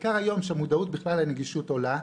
בעיקר היום, כשהמודעות לעניין הנגישות עולה,